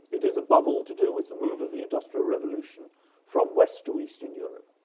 it is above all, to do with the move of the industrial revolution from west to east in europe.